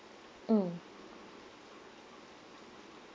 mmhmm